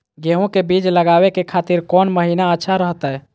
गेहूं के बीज लगावे के खातिर कौन महीना अच्छा रहतय?